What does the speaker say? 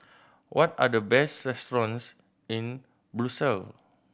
what are the best restaurants in Brussels